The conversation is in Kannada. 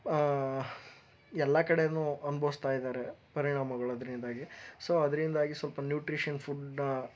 ಎಲ್ಲ ಕಡೆಯೂ ಅನುಭವಿಸ್ತಾಯಿದ್ದಾರೆ ಪರಿಣಾಮಗಳು ಅದರಿಂದಾಗಿ ಸೊ ಅದರಿಂದಾಗಿ ಸ್ವಲ್ಪ ನ್ಯೂಟ್ರಿಷನ್ ಫುಡ್ನ